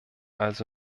also